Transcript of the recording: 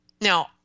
Now